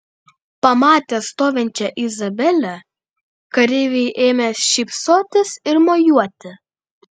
pamatę stovinčią izabelę kareiviai ėmė šypsotis ir mojuoti